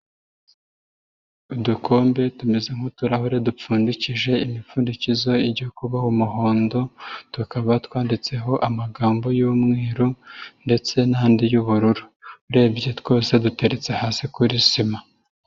Udukombe tumeze nk'utuhure dupfundikije imipfundikizo ijya kubabo umuhondo, tukaba twanditseho amagambo y'umweru ndetse n'andi y'ubururu. Urebye twose duteretse hasi kuri sima.